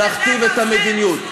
להכתיב את המדיניות.